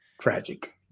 tragic